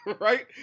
right